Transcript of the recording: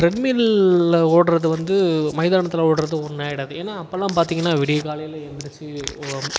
ட்ரெட்மில்லில் ஓடுவது வந்து மைதானத்தில் ஓடுறதும் ஒன்றாயிடாது ஏனால் அப்போல்லாம் பார்த்திங்கனா விடியக்காலையில் எழுந்திருச்சு